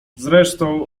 zresztą